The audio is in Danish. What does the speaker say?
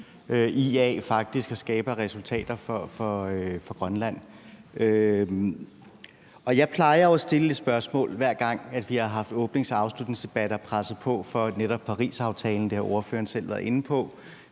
IA at skabe af resultater for Grønland. Jeg plejer at stille et spørgsmål, hver gang vi har haft åbnings- og afslutningsdebatter, om at presse på for netop at tilslutte sig Parisaftalen – det har ordføreren selv været inde på